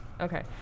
okay